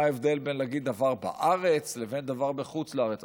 מה ההבדל בין להגיד דבר בארץ לבין לדבר בחוץ לארץ?